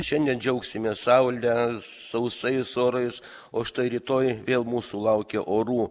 šiandien džiaugsimės saule sausais orais o štai rytoj vėl mūsų laukia orų